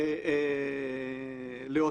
לאות